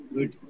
Good